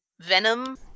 venom